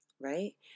right